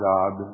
God